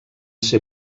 ser